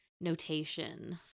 notation